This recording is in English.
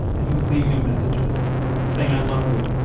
and he was leaving him messages saying i love you,